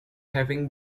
having